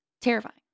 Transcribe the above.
terrifying